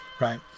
right